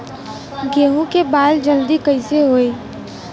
गेहूँ के बाल जल्दी कईसे होई?